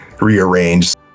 rearranged